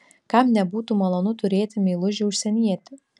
kam nebūtų malonu turėti meilužį užsienietį